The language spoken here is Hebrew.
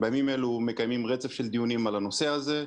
בימים אלו מקיימים רצף של דיונים על הנושא הזה.